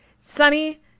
Sunny